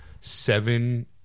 seven